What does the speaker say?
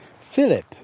Philip